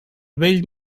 bell